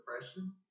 depression